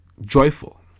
joyful